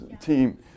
team